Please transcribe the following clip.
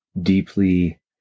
deeply